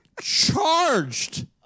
charged